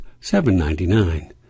$7.99